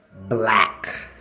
black